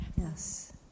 Yes